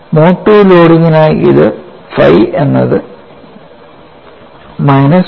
mode II ലോഡിംഗിനായി ഇത് phi എന്നത് മൈനസ് y